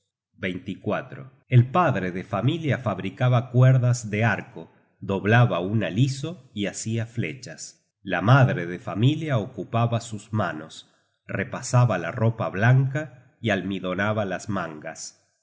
dedos el padre de familia fabricaba cuerdas de arco doblaba el aliso y hacia flechas la madre de familia ocupaba sus manos repasaba la ropa blanca y almidonaba las mangas